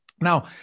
Now